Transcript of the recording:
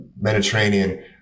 Mediterranean